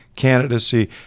candidacy